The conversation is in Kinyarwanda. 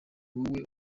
wowe